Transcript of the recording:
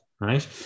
right